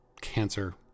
cancer